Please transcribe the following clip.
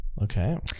Okay